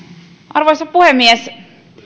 arvoisa puhemies